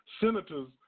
senators